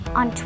on